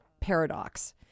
paradox